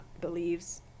believes